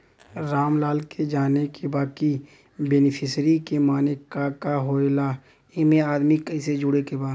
रामलाल के जाने के बा की बेनिफिसरी के माने का का होए ला एमे आदमी कैसे जोड़े के बा?